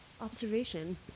Observation